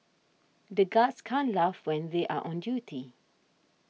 the guards can't laugh when they are on duty